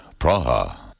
Praha